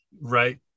right